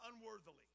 unworthily